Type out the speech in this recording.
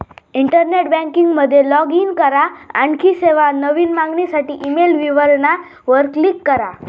internet banking मध्ये log in करा, आणखी सेवा, नवीन मागणीसाठी ईमेल विवरणा वर क्लिक करा